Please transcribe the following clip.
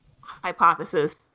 hypothesis